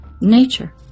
nature